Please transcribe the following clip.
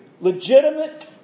Legitimate